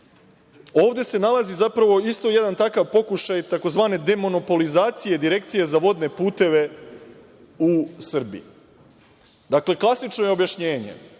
se nalazi jedan takav pokušaj tzv. demonopolizacije direkcije za vodne puteve u Srbiji. Dakle, klasično je objašnjenje,